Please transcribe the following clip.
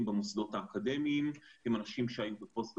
במוסדות האקדמיים הם אנשים שהיו בפוסט דוקטורט,